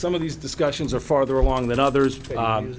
some of these discussions are farther along than others